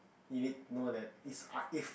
you need know that is if